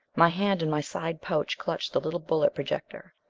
my hand in my side pouch clutched the little bullet projector.